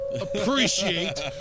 appreciate